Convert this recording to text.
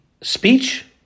speech